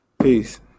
Peace